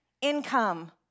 income